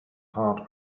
heart